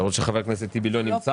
משרד התיירות, מי נגד?